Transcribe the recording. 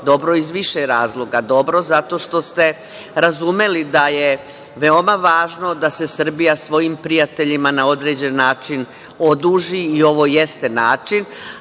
Dobro iz više razloga. Dobro zato što ste razumeli da je veoma važno da se Srbija svojim prijateljima na određen način oduži. I ovo jeste način.